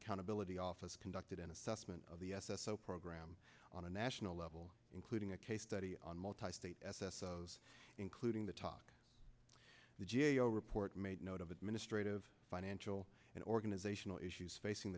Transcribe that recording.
accountability office conducted an assessment of the s s o program on a national level including a case study on multi state s s those including the talk the g a o report made note of administrative financial and organizational issues facing